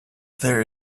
there